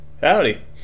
Howdy